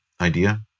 idea